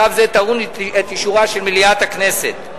צו זה טעון אישור של מליאת הכנסת.